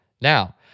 Now